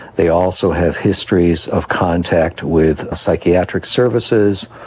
they also have histories of contact with psychiatric services,